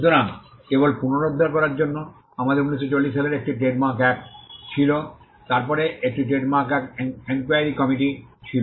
সুতরাং কেবল পুনরুদ্ধার করার জন্য আমাদের 1940 সালের একটি ট্রেডমার্ক একট ছিল তারপরে একটি ট্রেডমার্ক ইনকোয়ারি কমিটি ছিল